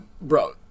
bro